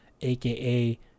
aka